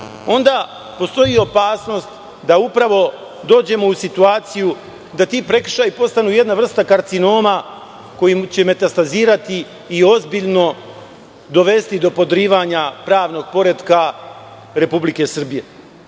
onda postoji opasnost da upravo dođemo u situaciju da ti prekršaji postanu jedna vrsta karcinoma koji će metastazirati i ozbiljno dovesti do podrivanja pravnog poretka Republike Srbije.U